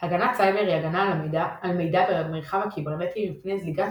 הגנת סייבר היא הגנה על מידע במרחב הקיברנטי מפני זליגת